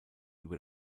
über